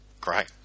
Great